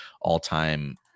all-time